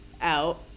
out